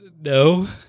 No